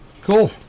Cool